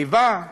ליווה,